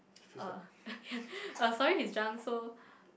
uh uh sorry he's drunk so